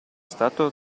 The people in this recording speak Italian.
stato